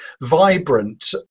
vibrant